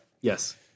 Yes